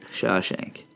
Shawshank